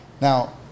Now